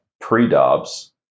pre-Dobbs